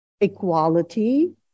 Equality